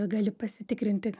gali pasitikrinti